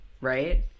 right